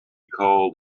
called